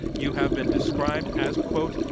you have been described as, quote,